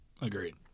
Agreed